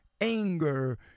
anger